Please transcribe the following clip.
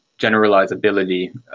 generalizability